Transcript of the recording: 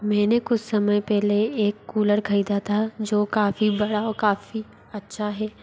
मैंने कुछ समय पहले एक कूलर ख़रीदा था जो काफ़ी बड़ा ओ काफ़ी अच्छा हे